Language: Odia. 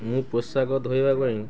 ମୁଁ ପୋଷାକ ଧୋଇବା ପାଇଁ